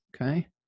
okay